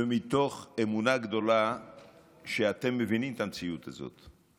ומתוך אמונה גדולה שאתם מבינים את המציאות הזאת: